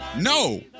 No